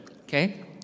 Okay